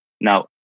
Now